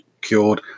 cured